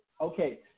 okay